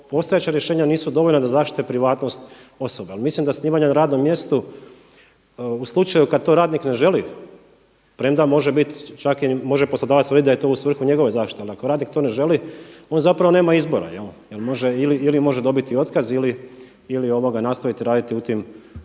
postojeća rješenja nisu dovoljna da zaštite privatnost osoba. Jer mislim da snimanja na radnom mjestu u slučaju kad to radnik ne želi, premda može biti čak i može poslodavac tvrditi da je to u svrhu njegove zaštite. Ali ako radnik to ne želi, on zapravo nema izbora jer može ili može dobiti otkaz ili nastaviti raditi u tim